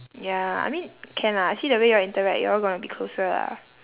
ya I mean can lah I see the way you all interact you all gonna be closer lah